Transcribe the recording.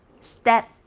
step